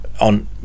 on